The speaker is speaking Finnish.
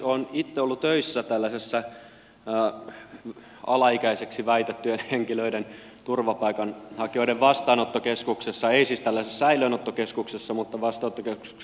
olen itse ollut töissä tällaisessa alaikäisiksi väitettyjen henkilöiden turvapaikanhakijoiden vastaanottokeskuksessa ei siis tällaisessa säilöönottokeskuksessa vaan vastaanottokeskuksessa